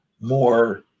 more